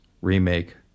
remake